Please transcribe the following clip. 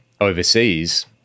overseas